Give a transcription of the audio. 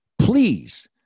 please